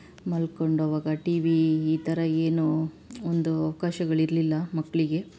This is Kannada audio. ಮಲ್ಕೊಂಡವಾಗ ಟಿ ವಿ ಈ ಥರ ಏನೂ ಒಂದು ಅವ್ಕಾಶಗಳು ಇರಲಿಲ್ಲ ಮಕ್ಕಳಿಗೆ